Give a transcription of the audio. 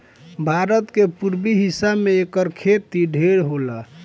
भारत के पुरबी हिस्सा में एकर खेती ढेर होला